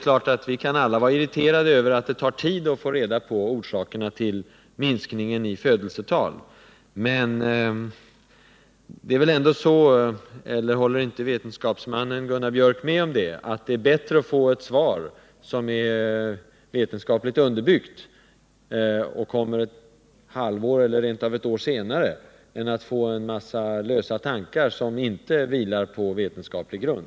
Naturligtvis kan vi alla bli irriterade över att det tar tid att få reda på orsakerna till minskningen i födelsetalen, men det är väl ändå så — och det antar jag att vetenskapsmannen Gunnar Biörck håller med mig om —att det är bättre att få ett svar som är vetenskapligt underbyggt, även om det kommer ett halvår eller rent av ett år senare, än att få ett svar som innehåller en massa lösa tankar som inte vilar på vetenskaplig grund?